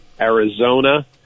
Arizona